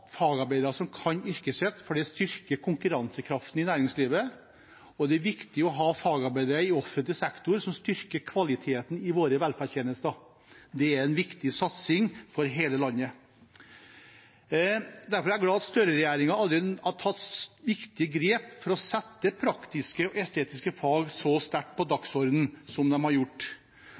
fagarbeidere som kan yrket sitt, for det styrker konkurransekraften i næringslivet, og det er viktig å ha fagarbeidere i offentlig sektor, noe som styrker kvaliteten i våre velferdstjenester. Det er en viktig satsing for hele landet. Derfor er jeg glad for at Støre-regjeringen allerede har tatt viktige grep for å sette praktisk-estetiske fag så sterkt på dagsordenen som den har gjort.